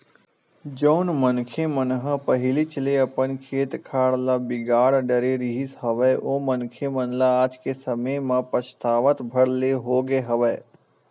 जउन मनखे मन ह पहिलीच ले अपन खेत खार ल बिगाड़ डरे रिहिस हवय ओ मनखे मन ल आज के समे म पछतावत भर ले होगे हवय